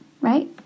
right